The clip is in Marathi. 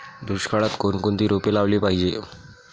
दुष्काळात कोणकोणती रोपे लावली पाहिजे?